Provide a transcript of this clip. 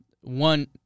one